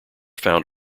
found